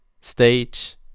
Stage